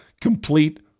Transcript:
Complete